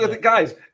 guys